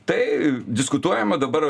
tai diskutuojama dabar